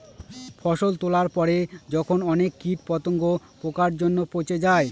ফসল তোলার পরে যখন অনেক কীট পতঙ্গ, পোকার জন্য পচে যায়